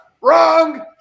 Wrong